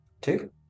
Two